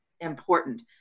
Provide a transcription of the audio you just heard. important